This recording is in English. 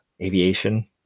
aviation